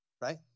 right